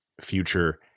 future